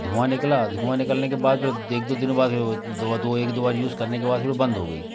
धुँआ निकला धुँआ निकलने के बाद फिर एक दो दिनों बाद वो दो दो एक दो बार यूज़ करने के बाद फिर वो बंद हो गई